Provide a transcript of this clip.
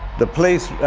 the police. ah,